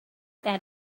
that